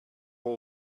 will